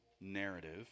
narrative